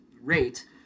rate